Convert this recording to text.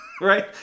Right